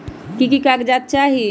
की की कागज़ात चाही?